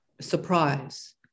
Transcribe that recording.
surprise